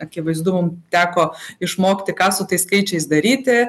akivaizdu mum teko išmokti ką su tais skaičiais daryti